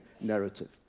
narrative